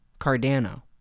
Cardano